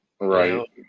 Right